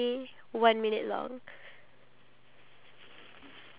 a gardening knife gardening scissors